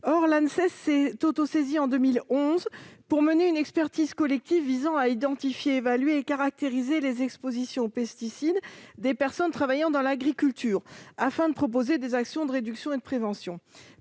L'Anses s'est autosaisie en 2011 pour mener une expertise collective visant à identifier, évaluer et caractériser les expositions aux pesticides des personnes travaillant dans l'agriculture, afin de proposer des actions de réduction et de prévention.